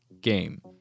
game